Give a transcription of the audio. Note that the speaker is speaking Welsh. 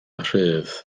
rhydd